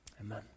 amen